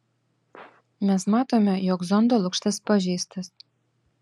mes matome jog zondo lukštas pažeistas